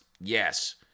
Yes